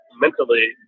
mentally